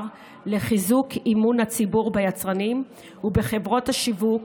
לחיזוק אמון הציבור ביצרנים ובחברות השיווק,